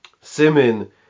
Simon